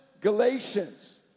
Galatians